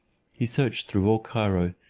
he searched through all cairo,